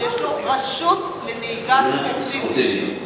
שיש לו רשות לנהיגה ספורטיבית,